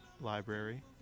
Library